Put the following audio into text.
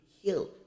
heal